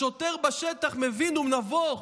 השוטר בשטח מבין, הוא נבוך,